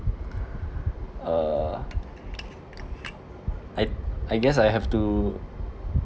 uh I I guess I have to